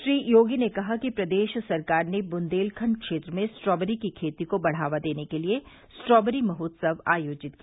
श्री योगी ने कहा कि प्रदेश सरकार ने बुन्देलखण्ड क्षेत्र में स्ट्रॉबेरी की खेती को बढ़ावा देने के लिये स्ट्रॉबेरी महोत्सव आयोजित किया